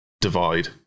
divide